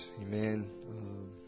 amen